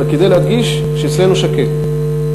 אלא כדי להדגיש שאצלנו שקט.